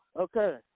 Okay